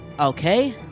Okay